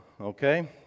okay